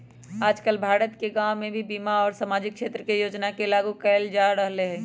आजकल भारत के गांव में भी बीमा और सामाजिक क्षेत्र के योजना के लागू कइल जा रहल हई